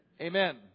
Amen